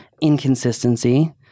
inconsistency